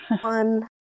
One